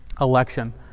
election